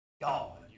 God